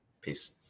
Peace